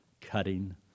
cutting